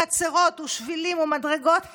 חצרות ושבילים ומדרגות.